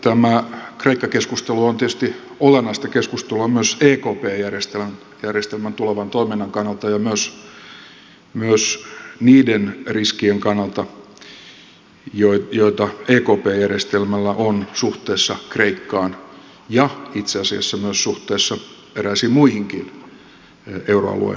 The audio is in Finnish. tämä kreikka keskustelu on tietysti olennaista keskustelua myös ekp järjestelmän tulevan toiminnan kannalta ja myös niiden riskien kannalta joita ekp järjestelmällä on suhteessa kreikkaan ja itse asiassa myös suhteessa eräisiin muihinkin euroalueen maihin